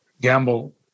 Gamble